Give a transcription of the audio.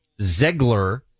Zegler